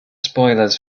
spoilers